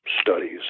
studies